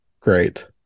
great